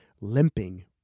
limping